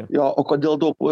jo o kodėl daug